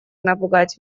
напугать